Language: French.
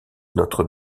notre